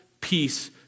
peace